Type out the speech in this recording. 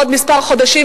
בעוד כמה חודשים,